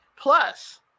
plus